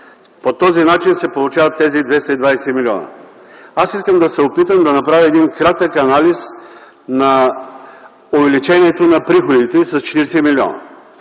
По този начин се получават тези 220 млн. лв. Искам да се опитам да направя кратък анализ на увеличението на приходите с 40 млн.